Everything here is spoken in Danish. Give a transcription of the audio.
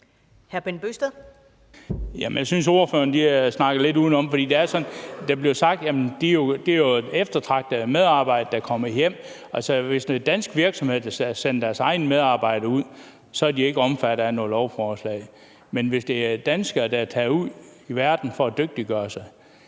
Bent Bøgsted (DF): Jeg synes, ordføreren snakker lidt udenom, for der bliver sagt, at det jo er eftertragtede medarbejdere, der kommer hjem. Altså, hvis danske virksomheder sender deres egne medarbejdere ud, er de ikke omfattet af noget lovforslag. Men der er danskere, der tager ud i verden for at dygtiggøre sig.